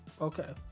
Okay